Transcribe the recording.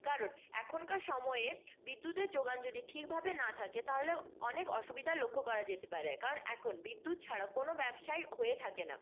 কারণ এখনকার সময়ে বিদ্যুতের জোগান যদি ঠিকভাবে না থাকে তাহলে অনেক অসুবিধা লক্ষ্য করা যেতে পারে কারণ এখন বিদ্যুৎ ছাড়া কোনো ব্যবসাই হয়ে থাকে না